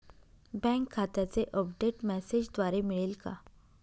Bank खात्याचे update मेसेजद्वारे मिळेल का?